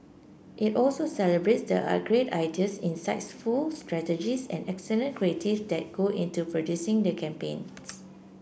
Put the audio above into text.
it also celebrates the a great ideas insightful strategies and excellent creatives that go into producing the campaigns